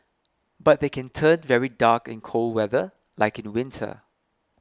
but they can turn very dark in cold weather like in winter